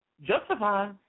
Justify